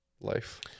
life